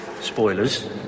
Spoilers